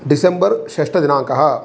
December षष्टमदिनाङ्कः